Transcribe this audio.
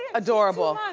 adorable.